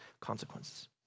consequences